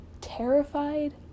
terrified